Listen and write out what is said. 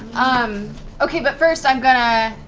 um okay, but first i'm going to